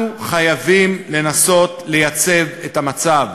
אנחנו חייבים לנסות לייצב את המצב.